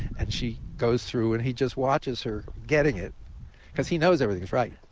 and she goes through. and he just watches her getting it because he knows everything is right.